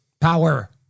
Power